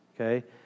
okay